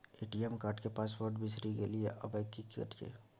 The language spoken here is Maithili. ए.टी.एम कार्ड के पासवर्ड बिसरि गेलियै आबय की करियै?